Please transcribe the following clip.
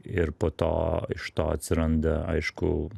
ir po to iš to atsiranda aišku